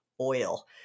oil